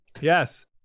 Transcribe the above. Yes